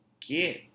get